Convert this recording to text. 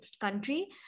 country